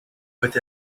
with